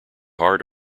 hard